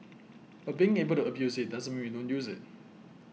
but being able to abuse it doesn't mean we don't use it